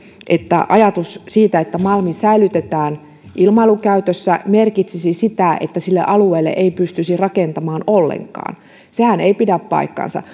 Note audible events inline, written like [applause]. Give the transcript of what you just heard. että se että malmi säilytetään ilmailukäytössä merkitsisi sitä että sille alueelle ei pystyisi rakentamaan ollenkaan sehän ei pidä paikkaansa [unintelligible]